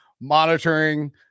monitoring